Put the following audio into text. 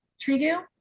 Trigu